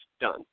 done